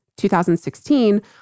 2016